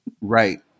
Right